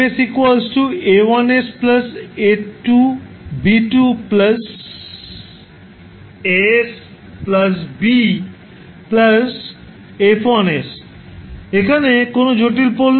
প্রথমটি 𝐹 𝑠 𝐴1𝑠 𝐴2𝑏2 𝑎𝑠 𝑏 𝐹1 𝑠 এখানে কোনও জটিল পোল নেই